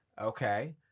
Okay